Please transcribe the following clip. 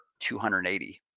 280